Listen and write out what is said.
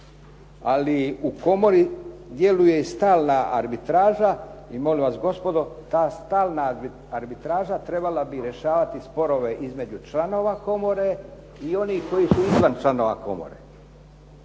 Ali u komori djeluje i stalna arbitraža i molim vas gospodo ta stalna arbitraža trebala bi rješavati sporove između članova komore i onih koji su izvan članova komore.